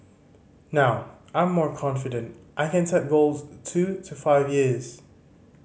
now I'm more confident I can set goals two to five years